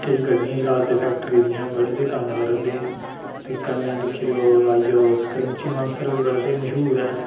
किश गड्डियां चला दे फैक्टरी दियां ते बड़ा स्हेई कम्म करा दे ते कन्नै दिक्खी लैओ आई जाओ तुस क्रिमची मानसर बड़ा स्हेई मश्हूर ऐ